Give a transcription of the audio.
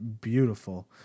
beautiful